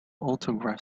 autograph